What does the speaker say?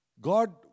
God